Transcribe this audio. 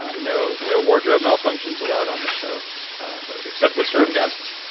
no no wardrobe malfunctions allowed on this show except with certain guests.